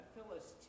Phyllis